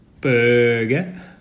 Burger